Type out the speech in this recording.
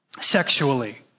sexually